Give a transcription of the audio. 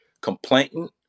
complainant